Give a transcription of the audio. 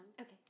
Okay